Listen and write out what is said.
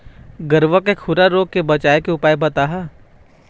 गरवा के खुरा रोग के बचाए के उपाय बताहा?